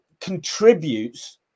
contributes